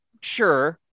Sure